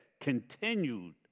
continued